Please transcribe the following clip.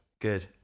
good